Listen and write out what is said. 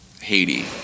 Haiti